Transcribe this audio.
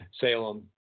Salem